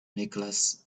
nicholas